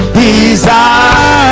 desire